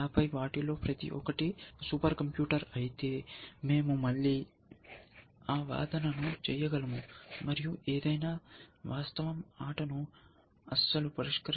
ఆపై వాటిలో ప్రతి ఒక్కటి సూపర్ కంప్యూటర్ అయితే మేము మళ్ళీ ఆ వాదనను చేయగలము మరియు ఏదైనా వాస్తవం ఆటను అస్సలు పరిష్కరించదని మీరు చూడవచ్చు